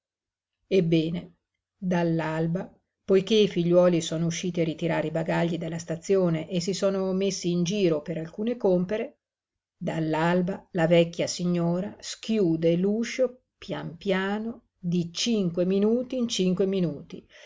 ebbene dall'alba poiché i figliuoli sono usciti a ritirare i bagagli dalla stazione e si sono messi in giro per alcune compere dall'alba la vecchia signora schiude l'uscio pian piano di cinque minuti in cinque minuti